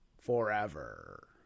forever